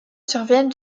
surviennent